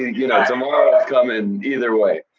you know tomorrow will come in, either way.